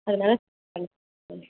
அதனால பண் மேம்